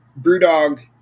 BrewDog